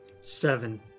Seven